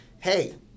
hey